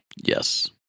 Yes